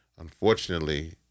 unfortunately